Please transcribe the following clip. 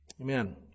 Amen